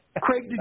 Craig